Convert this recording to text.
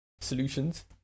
solutions